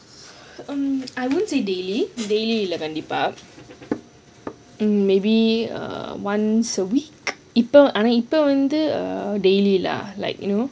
I won't say daily daily கண்டிப்பா:kandippa maybe err once a week ஆனா இப்ப வந்து:aanaa ippa wanthu err daily lah like you know